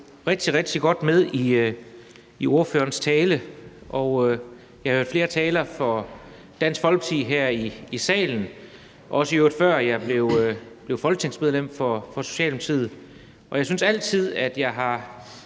rigtig, rigtig godt med i ordførerens tale. Jeg har hørt flere taler fra Dansk Folkeparti her i salen, i øvrigt også, før jeg blev folketingsmedlem for Socialdemokratiet, og jeg synes altid, jeg har